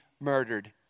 murdered